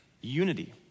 unity